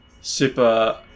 super